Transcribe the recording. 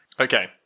Okay